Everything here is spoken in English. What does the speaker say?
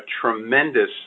tremendous